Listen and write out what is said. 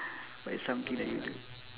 what is something that you do